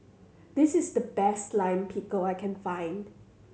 this is the best Lime Pickle I can find